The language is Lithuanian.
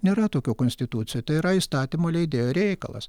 nėra tokio konstitucijoj tai yra įstatymo leidėjo reikalas